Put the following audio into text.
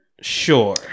Sure